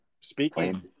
Speaking